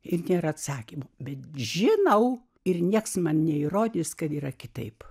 irgi atsakymų bet žinau ir niekas man neįrodys kad yra kitaip